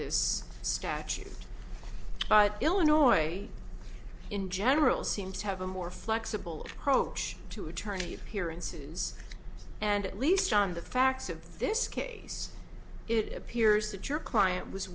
this statute but illinois in general seems to have a more flexible approach to attorney appearances and at least on the facts of this case it appears that your client was